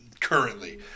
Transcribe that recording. currently